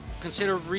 consider